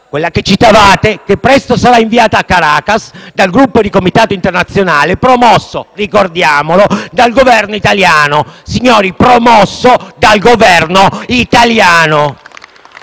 stata qui citata e che presto sarà inviata a Caracas dal Gruppo di contatto internazionale, promosso - ricordiamolo - dal Governo italiano, e ripeto promosso dal Governo italiano.